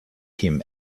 him